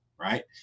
right